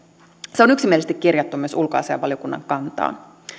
se on yksimielisesti kirjattu myös ulkoasiainvaliokunnan kantaan